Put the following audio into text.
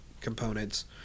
components